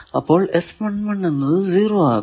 അപ്പോൾ എന്നത് 0 ആകുന്നു